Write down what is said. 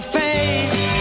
face